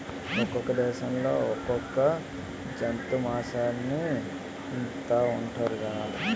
ఒక్కొక్క దేశంలో ఒక్కొక్క జంతువు మాసాన్ని తింతాఉంటారు జనాలు